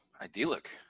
idyllic